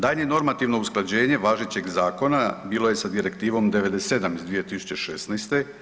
Daljnje normativno usklađenje važećeg zakona bilo je sa Direktivom 97 iz 2016.